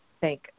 thank